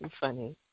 funny